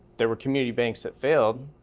there were community banks that failed,